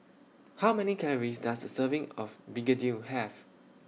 How Many Calories Does A Serving of Begedil Have